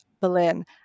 Berlin